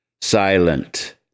Silent